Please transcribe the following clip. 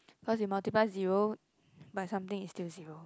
because you multiple zero by something is still zero